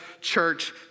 church